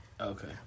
Okay